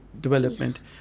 development